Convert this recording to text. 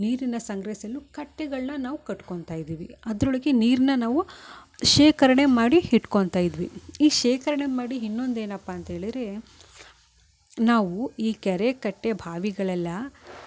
ನೀರನ್ನ ಸಂಗ್ರಹಿಸಲು ಕಟ್ಟೆಗಳನ್ನ ನಾವು ಕಟ್ಕೊಳ್ತಾ ಇದ್ವಿ ಅದರೊಳಗೆ ನೀರನ್ನ ನಾವು ಶೇಖರಣೆ ಮಾಡಿ ಇಟ್ಕೊಳ್ತಾ ಇದ್ವಿ ಈ ಶೇಖರಣೆ ಮಾಡಿ ಇನ್ನೊಂದು ಏನಪ್ಪ ಅಂತೇಳಿದರೆ ನಾವು ಈ ಕೆರೆ ಕಟ್ಟೆ ಬಾವಿಗಳೆಲ್ಲ